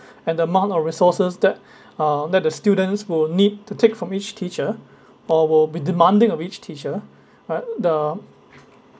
and the amount of resources that uh that the students will need to take from each teacher or will be demanding of each teacher alright the